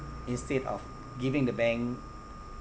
instead of giving the bank